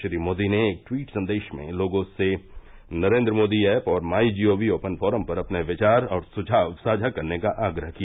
श्री मोदी ने एक ट्वीट संदेश में लोगों से नरेन्द्र मोदी ऐप और my G O V open forum पर अपने विचार और सुझाव साझा करने का आग्रह किया